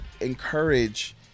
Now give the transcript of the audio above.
encourage